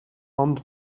ond